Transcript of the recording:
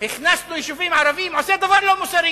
"הכנסנו יישובים ערביים", עושה דבר לא מוסרי